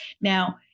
Now